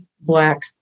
Black